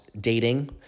dating